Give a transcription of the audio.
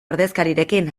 ordezkarirekin